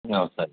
అవును సార్